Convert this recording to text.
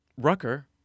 Rucker